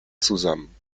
zusammen